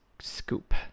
scoop